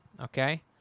Okay